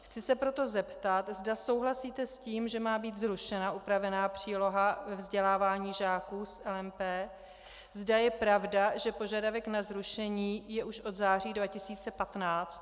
Chci se proto zeptat, zda souhlasíte s tím, že má být zrušena upravená příloha vzdělávání žáků s LMP, zda je pravda, že požadavek na zrušení je už od září 2015.